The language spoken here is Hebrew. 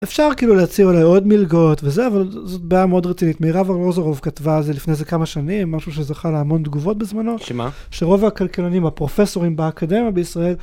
אפשר כאילו להציע אולי עוד מלגות וזה, אבל זאת בעיה מאוד רצינית. מירב ארלוזורוב כתבה על זה לפני איזה כמה שנים, משהו שזכה להמון תגובות בזמנו. שמה? שרוב הכלכלנים הפרופסורים באקדמיה בישראל...